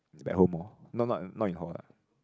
back home orh not not not in hall ah